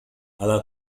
ألا